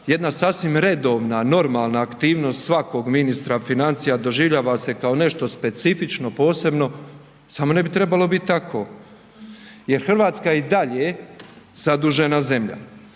jedna sasvim redovna, normalna aktivnost svakog ministra financija doživljava se kao nešto specifično posebno, samo ne bi trebalo biti tako jer Hrvatska je i dalje zadužena zemlja.